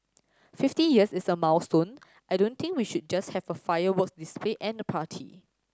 fifty years is a milestone I don't think we should just have a fireworks display and a party